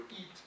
eat